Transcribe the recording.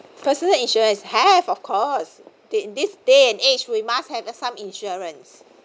personal insurance have of course in this day and age we must have some insurance